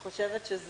אני חושבת שזו